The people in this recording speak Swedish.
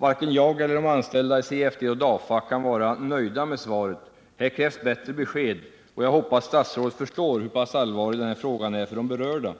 Varken jag eller de anställda vid CFD och DAFA kan vara nöjda med svaret. Här krävs bättre besked, och jag hoppas statsrådet förstår hur pass allvarlig den här frågan är för de berörda.